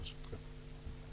ברשותכם.